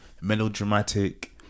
melodramatic